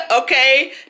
okay